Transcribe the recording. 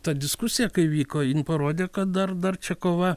ta diskusija kai vyko jin parodė kad dar dar čia kova